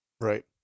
Right